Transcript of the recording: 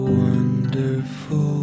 wonderful